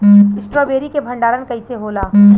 Strawberry के भंडारन कइसे होला?